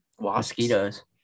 Mosquitoes